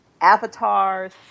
avatars